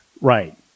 Right